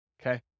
Okay